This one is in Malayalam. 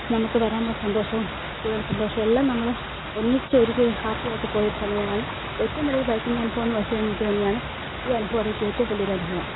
നമുക്ക് വരുമ്പോൾ സന്തോഷവും കൂടുതൽ സന്തോഷവും എല്ലാം നമ്മൾ ഒന്നിച്ച് ഒരു ഹാപ്പിയായിട്ട് പോയൊരു സമയമാണ് ഏറ്റവും വലിയൊരു ബൈക്കിംഗ് അനുഭവം എന്ന് വച്ചു കഴിഞ്ഞാൽ ഇതു തന്നെയാണ് ഈ അനുഭവം ആണെനിക്ക് ഏറ്റവും വലിയൊരു അനുഭവം